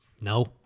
No